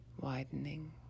widening